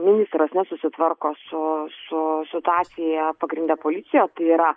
ministras nesusitvarko su su situacija pagrinde policija tai yra